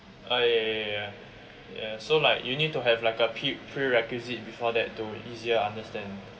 oh ya ya ya ya ya so like you need to have like a pre~ prerequisite before that to easier understand